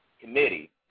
committee